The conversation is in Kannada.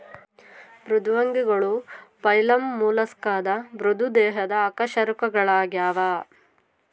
ಮೃದ್ವಂಗಿಗಳು ಫೈಲಮ್ ಮೊಲಸ್ಕಾದ ಮೃದು ದೇಹದ ಅಕಶೇರುಕಗಳಾಗ್ಯವ